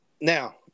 Now